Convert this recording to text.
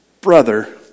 brother